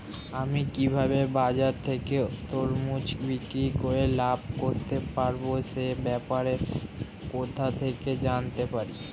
আমি কিভাবে বাজার থেকে তরমুজ বিক্রি করে লাভ করতে পারব সে ব্যাপারে কোথা থেকে জানতে পারি?